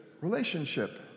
relationship